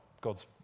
God's